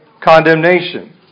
condemnation